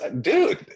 dude